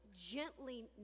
gently